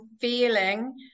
feeling